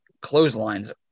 clotheslines